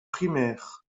primaires